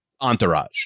Entourage